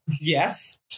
Yes